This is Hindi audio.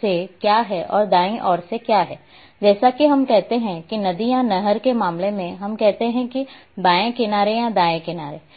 से क्या है और दाईं ओर क्या है जैसे कि हम कहते हैं कि नदी या नहर के मामले में हम कहते हैं कि बाएं किनारे या दाएं किनारे